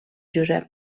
josep